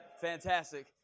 Fantastic